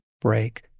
break